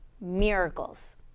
miracles